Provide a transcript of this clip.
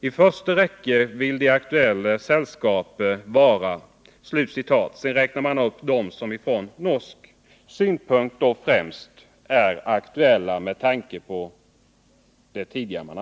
I förste rekke vil de aktuelle selskaper vaere” — och sedan räknar man upp dem som från norsk synpunkt främst var aktuella med tanke på det man tidigare sagt.